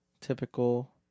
typical